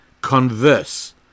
Converse